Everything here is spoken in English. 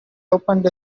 opened